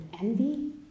envy